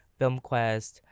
FilmQuest